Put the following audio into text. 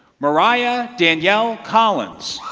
mariah danielle collins.